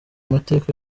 mateka